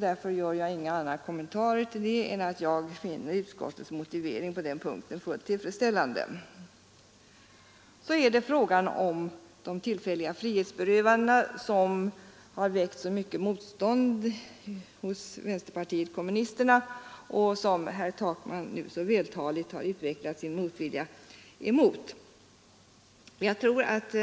Därför gör jag ingen annan kommentar till den än att jag finner utskottets motivering på denna punkt fullt tillfredsställande. Frågan om de tillfälliga frihetsberövandena har vidare väckt starkt motstånd hos kommunisterna, och herr Takman har nu vältaligt utvecklat sin motvilja mot dem. Jag tror att man på